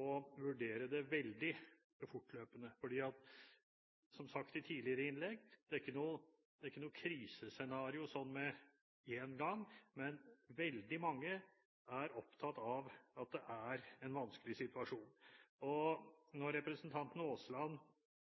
å vurdere det veldig fortløpende. Som sagt i tidligere innlegg er det ikke noe krisescenario sånn med en gang, men veldig mange er opptatt av at det er en vanskelig situasjon. Når representanten Aasland